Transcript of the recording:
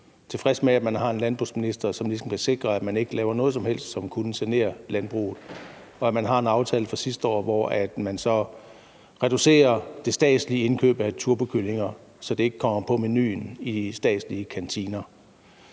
tilfreds med, at man har en landbrugsminister, som ligesom kan sikre, at man ikke laver noget som helst, som kunne genere landbruget, og at man har en aftale fra sidste år, hvor man så reducerer det statslige indkøb af turbokyllinger, så det ikke kommer på menuen i statslige kantiner.